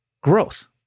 growth